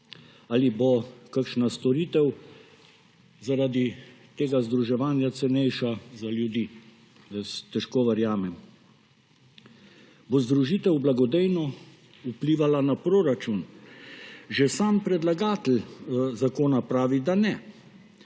Ali bo kakšna storitev zaradi tega združevanja cenejša za ljudi? Jaz težko verjamem. Bo združitev blagodejno vplivala na proračun? Že sam predlagatelj zakona pravi, da ne.